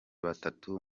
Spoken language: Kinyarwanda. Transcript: batatu